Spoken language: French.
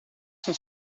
son